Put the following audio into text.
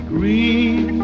Green